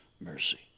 mercy